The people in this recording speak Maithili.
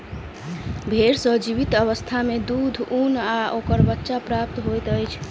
भेंड़ सॅ जीवित अवस्था मे दूध, ऊन आ ओकर बच्चा प्राप्त होइत अछि